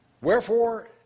Wherefore